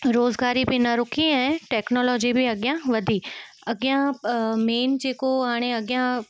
रोज़गारी बि न रुकी ऐं टेक्नोलॉजी बि अॻियां वधी अॻियां मेन जेको हाणे अॻियां